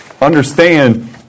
understand